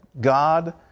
God